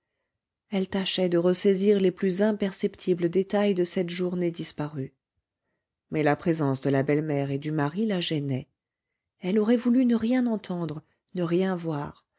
elle tâchait de ressaisir les plus imperceptibles détails de cette journée disparue mais la présence de la belle-mère et du mari la gênait elle aurait voulu ne rien entendre ne rien voir